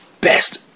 best